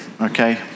okay